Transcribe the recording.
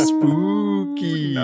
Spooky